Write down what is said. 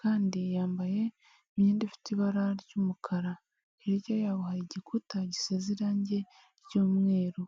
kandi yambaye imyenda ifite ibara ry'umukara, hirya yaho hari igikuta gisize irangi ry'umweru.